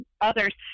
others